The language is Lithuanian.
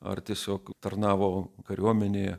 ar tiesiog tarnavo kariuomenėje